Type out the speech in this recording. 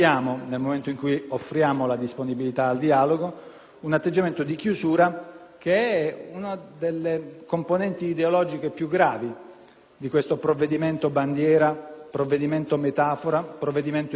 una delle componenti ideologiche più gravi contenute in questo provvedimento bandiera, provvedimento metafora, provvedimento inutile e dannoso. *(**Commenti*